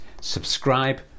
subscribe